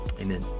Amen